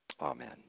Amen